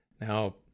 Now